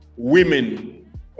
women